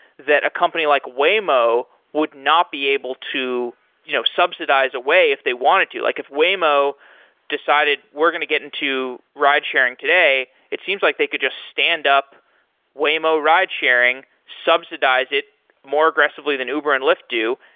that a company like waymo would not be able to you know subsidized a way if they wanted to. like if waymo decided, we're going to get into ride-sharing today, it seems like they could just stand up waymo ride-sharing, subsidize it more aggressively than uber and lyft do,